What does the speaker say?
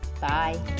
Bye